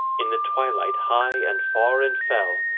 in the twilight high and far and fell,